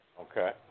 Okay